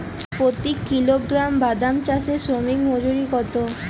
প্রতি কিলোগ্রাম বাদাম চাষে শ্রমিক মজুরি কত?